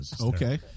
Okay